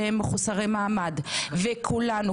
שהם מחוסרי מעמד וכולנו,